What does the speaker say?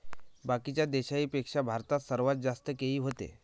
बाकीच्या देशाइंपेक्षा भारतात सर्वात जास्त केळी व्हते